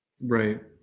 right